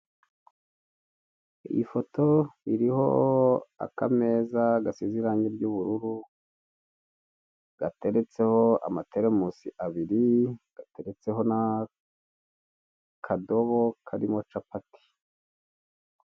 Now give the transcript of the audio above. Iyi foto iriho akameza gasize irange ry'ubururu gateretseho amateremusi abiri, gateretseho n'akadobo karimo capati.